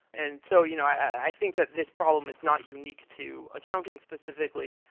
and so you know i think that this problem is not unique to accounting specifically,